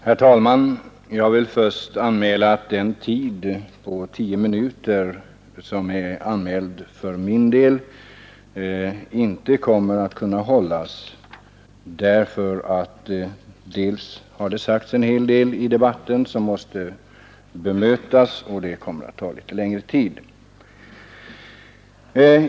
Herr talman! Jag vill först anmäla att den tid på tio minuter som är anmäld för mig inte kommer att kunna hållas. Det har sagts en hel del i debatten som måste bemötas, och det kommer att ta litet tid.